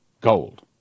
Gold